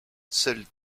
seuls